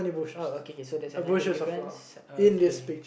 oh okay K so there's another difference okay